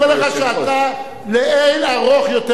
אני אומר לך שאתה לאין-ערוך יותר ממני.